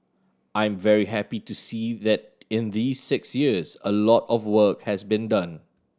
I'm very happy to see that in these six years a lot of work has been done